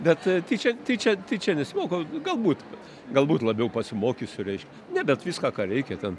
bet tyčia tyčia tyčia nesimokau galbūt galbūt labiau pasimokysiu reiškia ne bet viską ką reikia ten